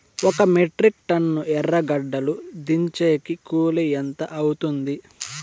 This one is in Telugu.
ఒక మెట్రిక్ టన్ను ఎర్రగడ్డలు దించేకి కూలి ఎంత అవుతుంది?